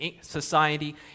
society